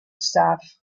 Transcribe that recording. staff